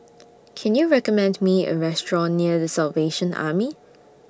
Can YOU recommend Me A Restaurant near The Salvation Army